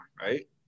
right